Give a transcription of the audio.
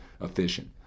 efficient